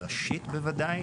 ראשית בוודאי.